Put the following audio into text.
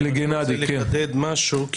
אני רוצה לחדד משהו,